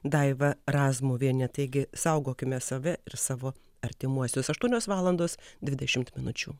daiva razmuvienė taigi saugokime save ir savo artimuosius aštuonios valandos dvidešimt minučių